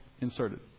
inserted